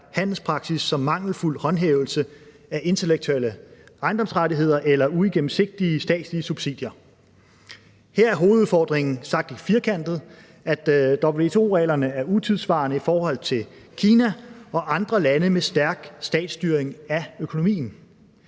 handelspraksis som mangelfuld håndhævelse af intellektuelle ejendomsrettigheder eller uigennemsigtige statslige subsidier. Her er hovedudfordringen sagt lidt firkantet, at WTO-reglerne er utidssvarende i forhold til Kina og andre lande med stærk statsstyring af økonomien.